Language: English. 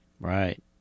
Right